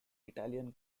italian